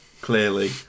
clearly